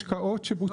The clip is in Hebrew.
השקעות שבוצעו,